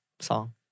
song